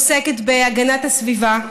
עוסקת בהגנת הסביבה,